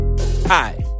Hi